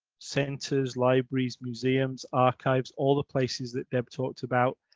centers, libraries, museums, archives, all the places that deb talked about,